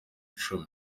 cumi